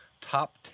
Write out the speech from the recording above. top